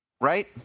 right